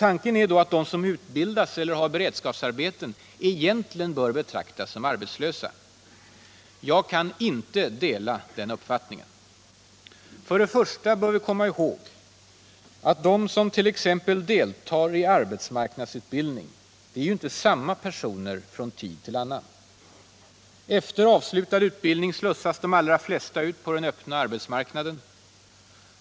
Tanken är då att de som utbildas eller har beredskapsarbeten ”egentligen” bör betraktas som arbetslösa. Jag kan inte dela den uppfattningen. För det första bör vi komma ihåg att de som t.ex. deltar i arbetsmarknadsutbildning ju inte är samma personer från tid till annan. Efter avslutad utbildning slussas de allra flesta ut på den öppna arbetsmarknaden.